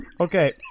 Okay